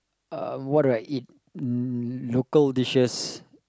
um what do I eat local dishes